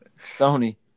Stony